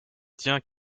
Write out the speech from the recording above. tiens